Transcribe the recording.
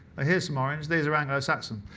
ah here's some orange. these are anglo-saxon.